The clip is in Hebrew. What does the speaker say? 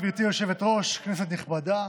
גברתי היושבת-ראש, כנסת נכבדה,